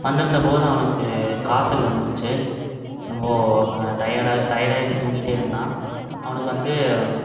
வந்துஇருந்த போது அவனுக்கு காய்ச்சல் வந்துடுச்சு ரொம்ப டயர்டாக டயர்டாயிவிட்டு தூங்கிகிட்டே இருந்தான் அவனுக்கு வந்து